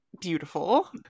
Beautiful